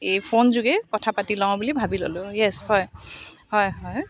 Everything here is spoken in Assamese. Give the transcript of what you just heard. এই ফোনযোগে কথা পাতি লওঁ বুলি ভাবি ল'লোঁ য়েছ হয় হয় হয়